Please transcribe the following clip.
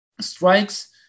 strikes